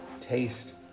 taste